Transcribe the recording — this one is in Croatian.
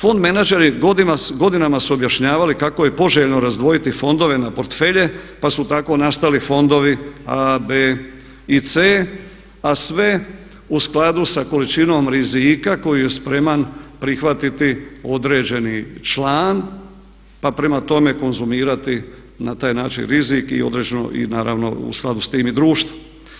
Fond menadžeri godinama su objašnjavali kako je poželjno razdvojiti fondove na portfelje pa su tako nastali fondovi A, B i C a sve u skladu sa količinom rizika koju je spreman prihvatiti određeni član pa prema tome konzumirati na taj način rizik i naravno u skladu sa time i društvo.